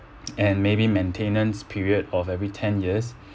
and maybe maintenance period of every ten years